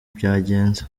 byagenze